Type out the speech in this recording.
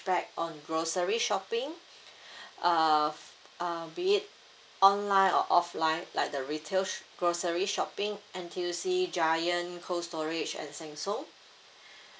on grocery shopping uh uh be it online or offline like the retails grocery shopping N_T_U_C giant cold storage and sheng siong